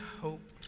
hope